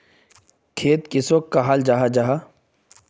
खेत किसोक कहाल जाहा जाहा?